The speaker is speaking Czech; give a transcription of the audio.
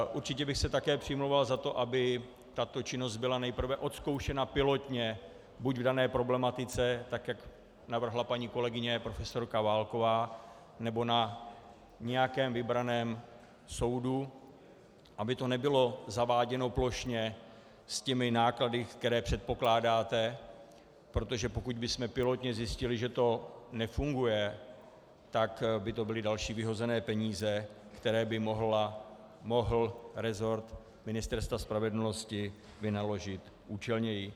Určitě bych se také přimlouval za to, aby tato činnost byla nejprve odzkoušena pilotně buď k dané problematice tak, jak navrhla paní kolegyně profesorka Válková, nebo na nějakém vybraném soudu, aby to nebylo zaváděno plošně s těmi náklady, které předpokládáte, protože pokud bychom pilotně zjistili, že to nefunguje, tak by to byly další vyhozené peníze, které by mohl rezort Ministerstva spravedlnosti vynaložit účelněji.